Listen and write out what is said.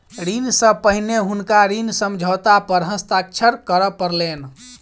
ऋण सॅ पहिने हुनका ऋण समझौता पर हस्ताक्षर करअ पड़लैन